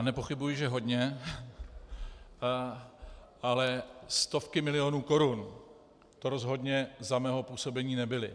Nepochybuji, že hodně, ale stovky milionů korun to rozhodně za mého působení nebyly.